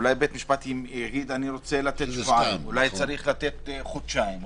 אולי בית המשפט יגיד שהוא רוצה לתת שבועיים,